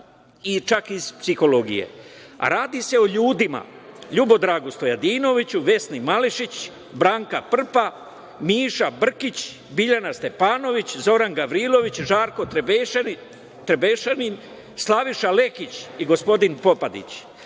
radova iz psihologije. Radi se o ljudima Ljubodragu Stojadinoviću, Vesni Mališić, Branka Prpa, Miša Brkić, Biljana Stepanović, Zoran Gavrilović, Žarko Trebešanin, Slaviša Lekić i gospodin Popadić. Samo